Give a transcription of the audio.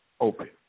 open